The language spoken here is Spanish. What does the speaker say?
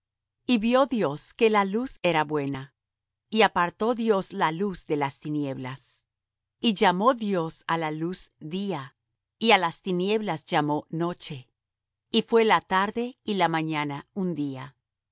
y vió dios que la luz era buena y apartó dios la luz de las tinieblas y llamó dios á la luz día y á las tinieblas llamó noche y fué la tarde y la mañana un día